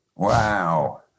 Wow